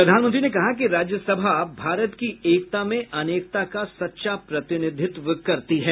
प्रधानमंत्री ने कहा कि राज्य सभा भारत की एकता में अनेकता का सच्चा प्रतिनिधित्व करती है